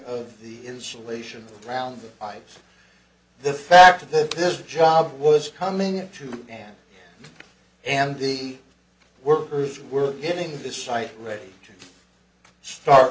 of the insulation around the five the fact that there's a job was coming to an and the workers were getting this site ready to start